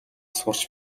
сурч